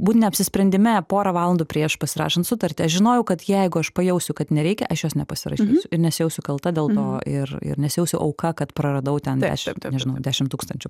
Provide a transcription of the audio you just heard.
būt neapsisprendime porą valandų prieš pasirašant sutartį aš žinojau kad jeigu aš pajausiu kad nereikia aš jos nepasirašysiu ir nesijausiu kalta dėl to ir ir nesijausiu auka kad praradau ten dešimt nežinau dešimt tūkstančių